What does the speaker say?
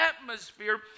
atmosphere